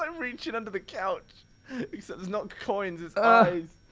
um reaching under the couch except it's not coins, it's eyes